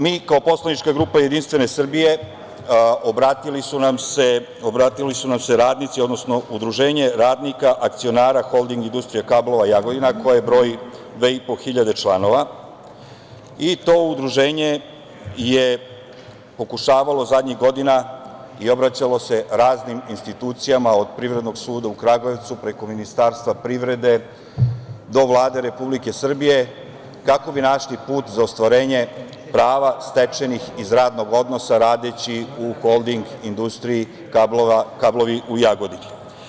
Mi kao poslanička grupa JS obratili su nam se radnici, odnosno udruženje radnika akcionara Holding industrije kablova – Jagodina, koja broji 2.500 članova i to udruženje je pokušavalo zadnjih godina i obraćalo se raznim institucijama od Privrednog suda u Kragujevcu, preko Ministarstva privrede, do Vlade Republike Srbije, kako bi našli put za ostvarenje prava stečenih iz radnog odnosa, radeći u Holding industriji kablova „Kablovi“ u Jagodini.